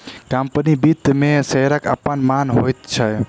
company वित्त मे शेयरक अपन मान होइत छै